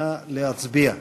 נא להצביע.